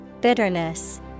Bitterness